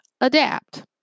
Adapt